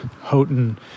Houghton